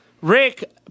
Rick